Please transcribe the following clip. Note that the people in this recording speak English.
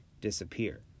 Disappear